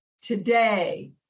Today